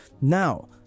now